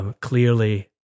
clearly